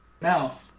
now